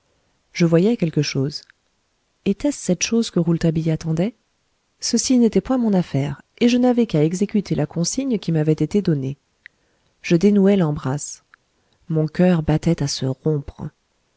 je voyais quelque chose était-ce cette chose que rouletabille attendait ceci n'était point mon affaire et je n'avais qu'à exécuter la consigne qui m'avait été donnée je dénouai l'embrasse mon cœur battait à se rompre